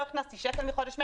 לא הכנסתי ולו שקל מחודש מרץ,